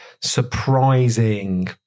surprising